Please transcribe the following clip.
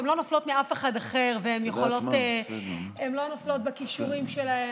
הן לא נופלות מאף אחד והן לא נופלות בכישורים שלהן,